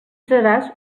seràs